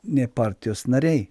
ne partijos nariai